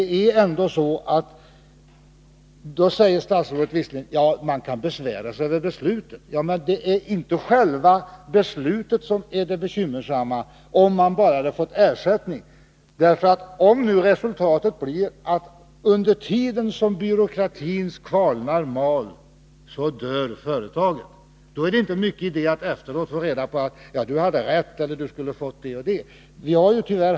Då säger statsrådet visserligen att man kan besvära sig över beslutet. Men det är inte själva beslutet som är det bekymmersamma. Problemet är att vederbörande inte har fått ersättning. Om resultatet blir att företaget dör under tiden som byråkratins kvarnar mal, är det inte mycket värt att efteråt få veta: ”Du hade rätt”, eller ”Du skulle ha fått en viss ersättning”.